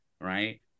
right